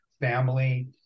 family